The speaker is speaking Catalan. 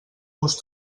vos